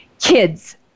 Kids